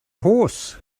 horse